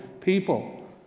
people